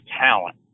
talent